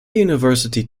university